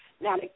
Now